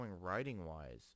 writing-wise